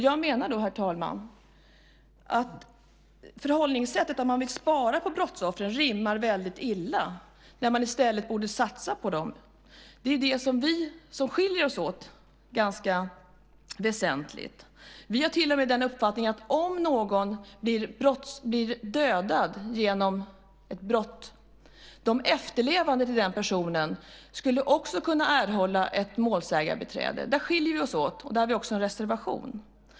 Jag menar att förhållningssättet att man vill spara på brottsoffren rimmar väldigt illa när man i stället borde satsa på dem. Det är det som skiljer oss åt ganska väsentligt. Vi har till och med uppfattningen att efterlevande till en person som blir dödad genom ett brott också ska kunna erhålla ett målsägarbiträde. Där skiljer vi oss åt, och där har vi också en reservation.